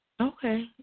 Okay